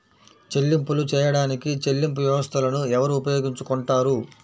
చెల్లింపులు చేయడానికి చెల్లింపు వ్యవస్థలను ఎవరు ఉపయోగించుకొంటారు?